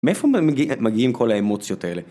מאיפה מגיעים כל האמוציות האלה?